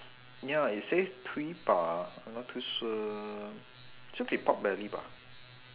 ya it says tui ba I'm not too sure should be pork belly bah